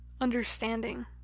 understanding